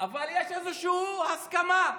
אבל יש איזושהי הסכמה.